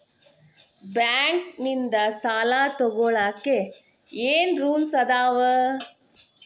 Bank ನಿಂದ್ ಸಾಲ ತೊಗೋಳಕ್ಕೆ ಏನ್ ರೂಲ್ಸ್ ಅದಾವ?